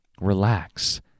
Relax